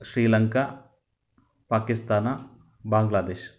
Sri Lanka Pakistan Bangladesh